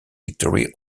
victory